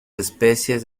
especies